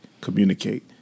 communicate